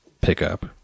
pickup